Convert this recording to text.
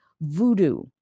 voodoo